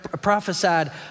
prophesied